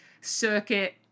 Circuit